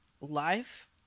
Life